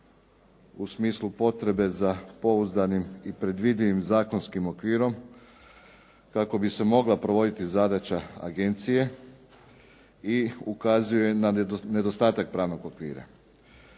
u smislu potrebe za pouzdanim i predvidivim zakonskim okvirom kako bi se mogla provoditi zadaća agencije i ukazuje na nedostatak pravnog okvira.